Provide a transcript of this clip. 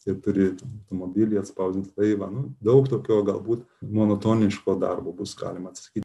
ir turi ten automobilį atspausdins laivą nu daug tokio galbūt monotoniško darbo bus galima atsisakyti